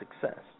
success